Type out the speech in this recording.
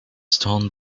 stone